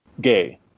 gay